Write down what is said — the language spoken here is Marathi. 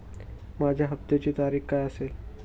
माझ्या हप्त्याची तारीख काय असेल?